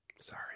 Sorry